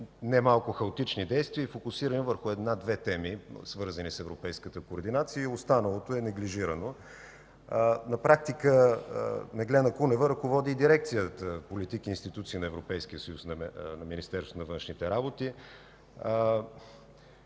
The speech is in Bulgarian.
немалко хаотични действия, фокусирани върху една – две теми, свързани с европейската координация. Останалото е неглижирано. На практика Меглена Кунева ръководи и дирекцията „Политики и институции на Европейския съюз“ на Министерството на външните работи.